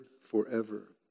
forever